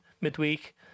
midweek